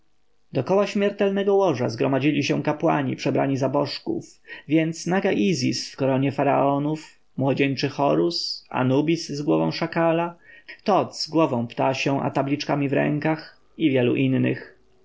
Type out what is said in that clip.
dokoła śmiertelnego łoża zgromadzili się kapłani przebrani za bożków więc naga izis w koronie faraonów młodzieńczy horus anubis z głową szakala tot z głową ptasią a tabliczkami w rękach i wielu innych